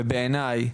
ובעיניי,